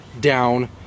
down